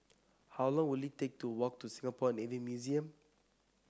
how long will it take to walk to Singapore Navy Museum